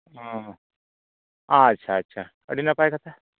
ᱚᱻ ᱟᱪᱪᱷᱟ ᱟᱪᱪᱷᱟ ᱟᱹᱰᱤ ᱱᱟᱯᱟᱭ ᱠᱟᱛᱷᱟ